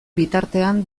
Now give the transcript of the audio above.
bitartean